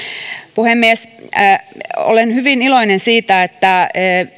puhemies olen hyvin iloinen siitä että